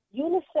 UNICEF